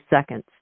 seconds